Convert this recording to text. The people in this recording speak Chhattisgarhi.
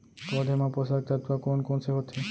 पौधे मा पोसक तत्व कोन कोन से होथे?